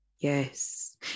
Yes